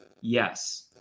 Yes